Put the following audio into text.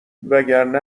وگرنه